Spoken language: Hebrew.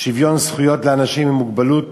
שוויון זכויות לאנשים עם מוגבלות